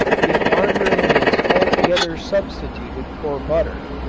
if margarin is altogether substituted for butter,